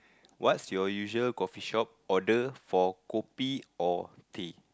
what's your usual coffee shop order for kopi or tea